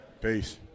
Peace